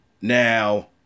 Now